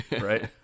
right